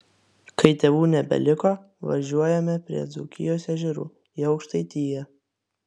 kai tėvų nebeliko važiuojame prie dzūkijos ežerų į aukštaitiją